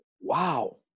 Wow